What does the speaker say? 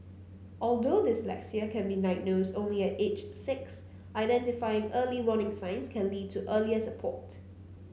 although dyslexia can be diagnosed only at age six identifying early warning signs can lead to earlier support